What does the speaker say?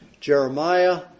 Jeremiah